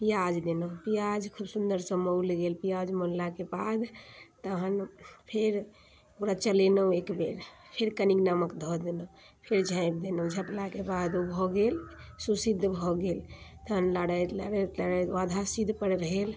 पियाज देलहुँ पियाज खूब सुन्दरसँ मौल गेल पियाज मौललाके बाद तहन फेर ओकरा चलेलहुँ एक बेर फेर कनी नमक धऽ देलहुँ फेर झाँपि देलहुँ झँपलाके बाद ओ भऽ गेल सुसिद्ध भऽ गेल तहन लारैत लारैत ओ आधा सिद्धपर भेल